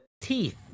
teeth